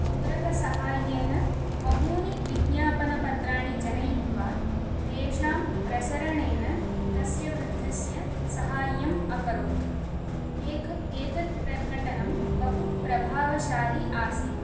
मुद्रकसहाय्येन बहूनि विज्ञापनपत्राणि जनयित्वा तेषां प्रसरणेन तस्य वृद्धस्य सहाय्यम् अकरोत् एक एतत् प्रकटनं बहुप्रभावशाली आसीत्